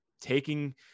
taking